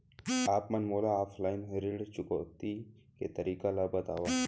आप मन मोला ऑफलाइन ऋण चुकौती के तरीका ल बतावव?